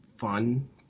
fun